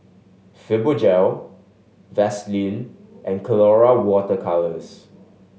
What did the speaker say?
Fibogel Vaselin and Colora Water Colours